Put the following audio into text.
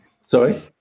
sorry